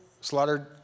slaughtered